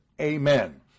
Amen